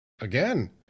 Again